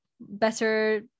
better